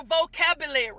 vocabulary